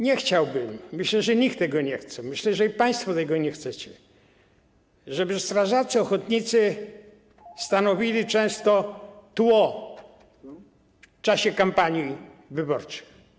Nie chciałbym - myślę, że nikt tego nie chce, myślę, że i państwo tego nie chcecie - żeby strażacy ochotnicy stanowili często tło w czasie kampanii wyborczej.